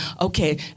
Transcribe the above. okay